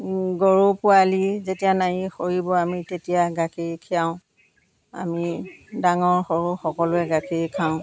গৰু পোৱালি যেতিয়া নাৰি সৰিব আমি তেতিয়া গাখীৰ খিৰাও আমি ডাঙৰ সৰু সকলোৱে গাখীৰ খাওঁ